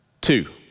Two